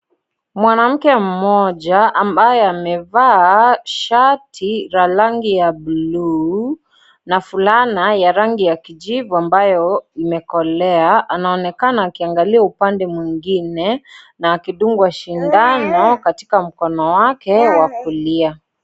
Mwanamke mmoja ambaye amevaa shati la rangi ya buluu na vulana ya rangi ya kijivu ambayo imekolea anaonekana akiangalia upande mwingine na akidungwa sindano katika mkono wake wa kulia.